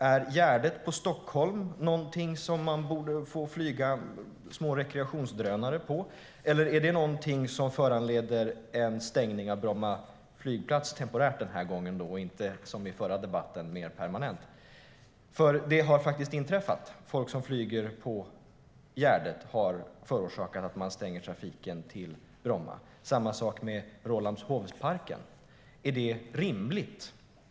Är Gärdet i Stockholm en plats där man bör få flyga små rekreationsdrönare, eller är det någonting som föranleder en stängning av Bromma flygplats - temporärt den här gången och inte, som i förra debatten, mer permanent? Det har faktiskt inträffat. Folk som flyger på Gärdet har förorsakat att man har stängt trafiken till Bromma. Samma sak med Rålambshovsparken. Är det rimligt?